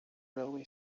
railway